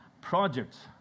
projects